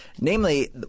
Namely